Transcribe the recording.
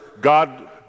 God